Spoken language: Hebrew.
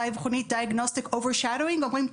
האבחונית Diagnostic overshadowing ואומרים,